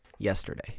Yesterday